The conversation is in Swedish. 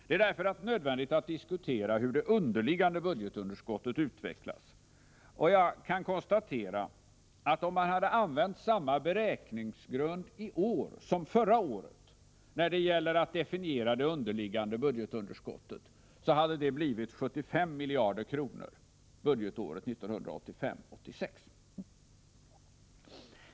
Det är därför nödvändigt att diskutera hur det underliggande budgetunderskottet utvecklats, och jag kan konstatera att om man hade använt samma beräkningsgrund i år som förra året när det gäller att definiera det underliggande budgetunderskottet så hade det blivit 75 miljarder kronor budgetåret 1985/86.